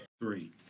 Three